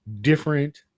different